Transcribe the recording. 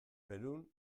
perun